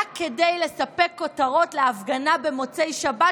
רק כדי לספק כותרות להפגנה במוצאי שבת,